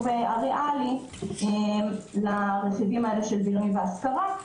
הריאלי לרכיבים האלה של בינוי והשכרה,